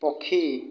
ପକ୍ଷୀ